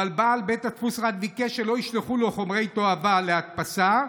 בעל בית הדפוס רק ביקש שלא ישלחו לו חומרי תועבה להדפסה,